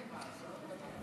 ברוכים הבאים.